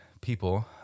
people